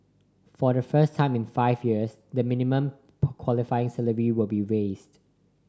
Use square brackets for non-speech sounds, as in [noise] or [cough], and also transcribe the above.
for the first time in five years the minimum [noise] qualifying salary will be raised